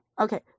Okay